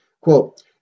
Quote